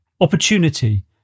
opportunity